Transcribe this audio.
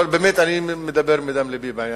אני באמת מדבר מדם לבי בעניין.